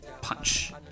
Punch